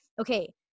okay